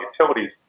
utilities